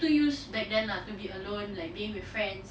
too used back then lah to be alone like being with friends